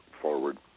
forward